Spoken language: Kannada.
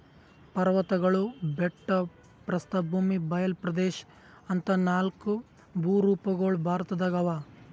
ಪರ್ವತ್ಗಳು ಬೆಟ್ಟ ಪ್ರಸ್ಥಭೂಮಿ ಬಯಲ್ ಪ್ರದೇಶ್ ಅಂತಾ ನಾಲ್ಕ್ ಭೂರೂಪಗೊಳ್ ಭಾರತದಾಗ್ ಅವಾ